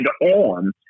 on